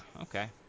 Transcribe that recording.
okay